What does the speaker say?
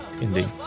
indeed